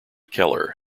keller